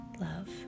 love